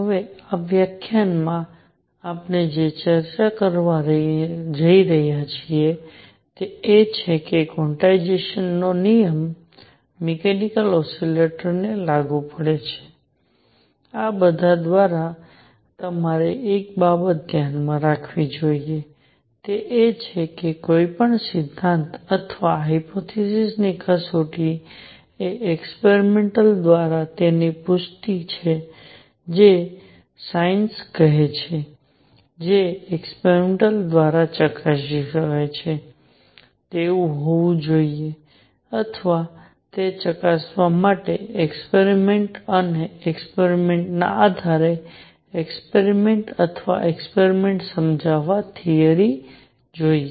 હવે આ વ્યાખ્યાનમાં આપણે જે ચર્ચા કરવા જઈ રહ્યા છીએ તે એ છે કે ક્વોન્ટાઇઝેશન નો નિયમ મિકેનીકલ ઓસિલેટર્સને લાગુ પડે છે આ બધા દ્વારા તમારે એક બાબત ધ્યાનમાં રાખવી જોઈએ તે એ છે કે કોઈપણ સિદ્ધાંત અથવા હાયપોથેસિસ ની કસોટી એ એક્સપેરિમેંટ દ્વારા તેની પુષ્ટિ છે જે સાઇન્સ કહે છે તે એક્સપેરિમેંટ દ્વારા ચકાસી શકાય તેવું હોવું જોઈએ અથવા તે ચકાસવા માટેના એક્સપેરિમેંટ અને એક્સપેરિમેંટ ના આધારે એક્સપેરિમેંટ અથવા એક્સપેરિમેંટ સમજાવવા થિયરિ જોઈએ